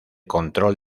control